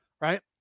right